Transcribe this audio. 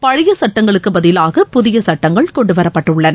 பழைய சட்டங்களுக்கு பதிலாக புதிய சட்டங்கள் கொண்டுவரப்பட்டுள்ளன